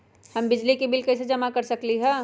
हम बिजली के बिल कईसे जमा कर सकली ह?